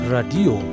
Radio